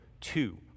two